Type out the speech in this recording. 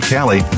Cali